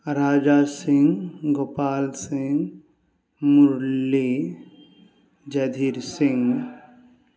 Raja Singh Gopal Singh Murli Jaydhir Singh